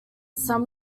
some